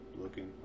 looking